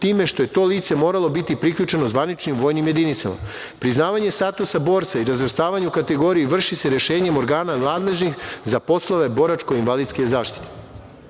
time što je to lice moralo biti priključeno zvaničnim vojnim jedinicama. Priznavanje statusa borca i razvrstavanje u kategorije vrši se rešenjem organa nadležnih za poslove boračko invalidske zaštite. Zakonom